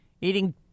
eating